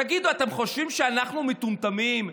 תגידו, אתם חושבים שאנחנו מטומטמים?